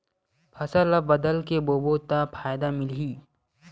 फसल ल बदल के बोबो त फ़ायदा मिलही?